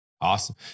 Awesome